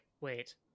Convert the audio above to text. wait